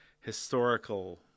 historical